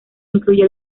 incluye